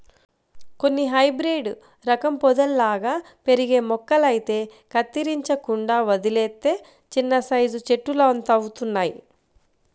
కొన్ని హైబ్రేడు రకం పొదల్లాగా పెరిగే మొక్కలైతే కత్తిరించకుండా వదిలేత్తే చిన్నసైజు చెట్టులంతవుతయ్